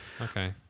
okay